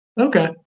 Okay